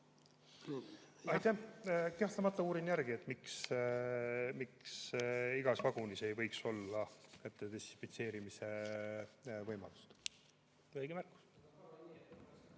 Kahtlemata uurin järele, miks igas vagunis ei võiks olla käte desinfitseerimise võimalust.